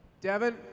Devin